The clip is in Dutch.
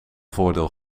voordeel